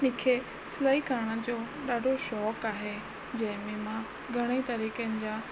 मूंखे सिलाई करण जो ॾाढो शौक़ु आहे जंहिंमें मां घणेई तरीक़नि जा